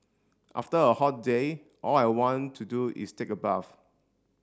after a hot day all I want to do is take a bath